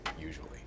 usually